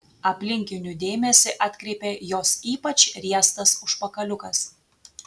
aplinkinių dėmesį atkreipė jos ypač riestas užpakaliukas